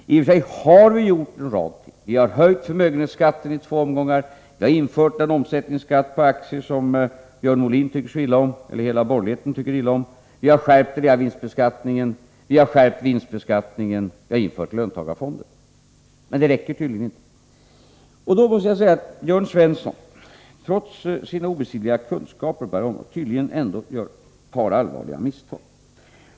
I och för sig har vi vidtagit en rad åtgärder. Vi har höjt förmögenhetsskatten i två omgångar och infört den omsättningsskatt på aktier som Björn Molin och hela borgerligheten tycker så illa om. Vi har skärpt reavinstbeskattningen och vinstbeskattningen, och vi har infört löntagarfonder. Men det räcker tydligen inte. Trots sina obestridliga kunskaper på detta område gör Jörn Svensson tydligen ett par allvarliga misstag.